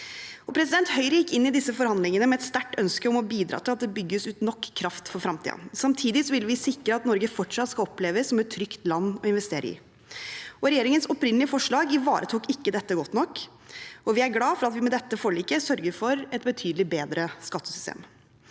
Høyre gikk inn i disse forhandlingene med et sterkt ønske om å bidra til at det bygges ut nok kraft for fremtiden, samtidig ville vi sikre at Norge fortsatt skal oppleves som et trygt land å investere i. Regjeringens opprinnelige forslag ivaretok ikke dette godt nok. Vi er glad for at vi med dette forliket sørger for et betydelig bedre skattesystem.